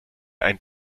ein